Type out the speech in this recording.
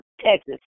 Texas